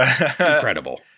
Incredible